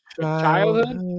Childhood